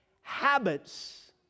Habits